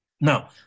Now